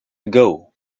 ago